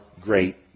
great